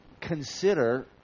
consider